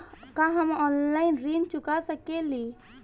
का हम ऑनलाइन ऋण चुका सके ली?